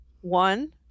One